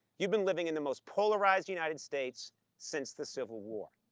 you've been living in the most polarized united states since the civil war.